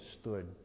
stood